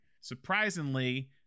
Surprisingly